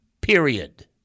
Period